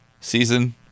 season